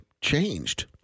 changed